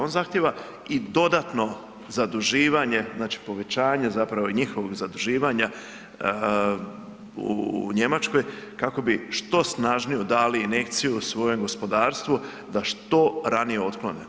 On zahtjeva i dodatno zaduživanje, znači povećanje zapravo i njihovog zaduživanja u Njemačkoj kako bi što snažniju dali injekciju svojem gospodarstvu da što ranije otklone.